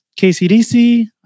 KCDC